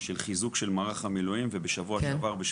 של חיזוק של מערך המילואים בשבוע שעבר,